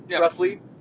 roughly